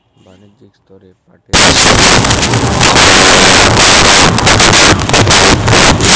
বাণিজ্যিক স্তরে পাটের শুকনো ক্ষতরোগ কতটা কুপ্রভাব ফেলে?